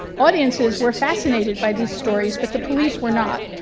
audiences were fascinated by these stories but the police were not.